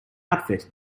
outfit